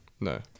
No